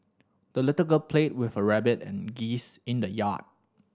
the little girl played with her rabbit and geese in the yard